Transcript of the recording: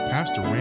Pastor